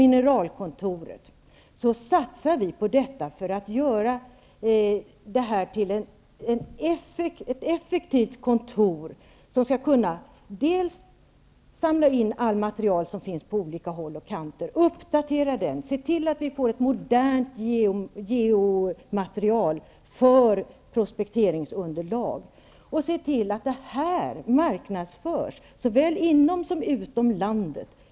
Mineralkontoret satsar vi på för att göra detta till ett effektivt kontor, som skall kunna samla in allt material som finns på olika håll och kanter, uppdatera det och se till att vi får ett modernt geomaterial som prospekteringsunderlag och att det marknadsförs såväl inom som utom landet.